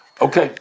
okay